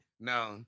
No